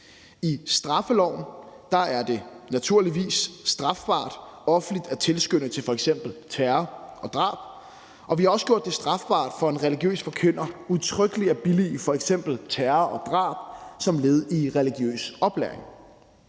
I straffeloven er det naturligvis strafbart offentligt at tilskynde til f.eks. terror eller drab. Vi har også gjort det strafbart for en religiøs forkynder udtrykkeligt at billige f.eks. terror og drab som led i religiøs oplæring.